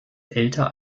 älter